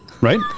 Right